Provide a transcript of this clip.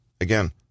Again